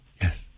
Yes